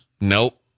Nope